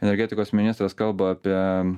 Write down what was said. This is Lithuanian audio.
energetikos ministras kalba apie